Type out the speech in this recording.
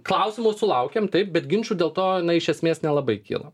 klausimų sulaukiame taip bet ginčų dėl to iš esmės nelabai kyla